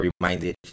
reminded